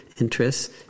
interests